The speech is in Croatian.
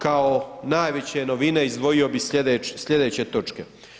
Kao najveće novine izdvojio bih sljedeće točke.